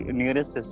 nearest